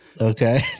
Okay